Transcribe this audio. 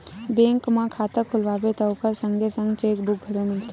bank म खाता खोलवाबे त ओखर संगे संग चेकबूक घलो मिलथे